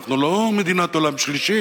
אנחנו לא מדינת עולם שלישי.